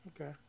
Okay